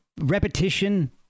repetition